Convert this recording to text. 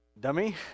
dummy